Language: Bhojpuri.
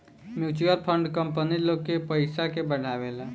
म्यूच्यूअल फंड कंपनी लोग के पयिसा के बढ़ावेला